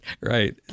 right